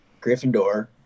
Gryffindor